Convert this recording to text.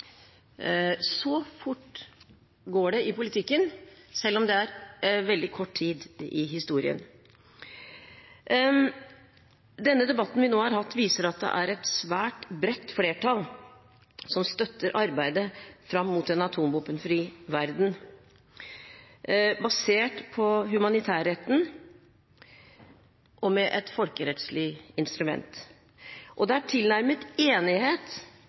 Så fort går det i politikken, selv om det er veldig kort tid i historien. Den debatten vi nå har hatt, viser at det er et svært bredt flertall som støtter arbeidet fram mot en atomvåpenfri verden basert på humanitærretten og med et folkerettslig instrument. Det er tilnærmet enighet